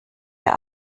der